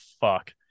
fuck